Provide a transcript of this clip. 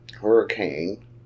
Hurricane